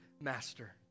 master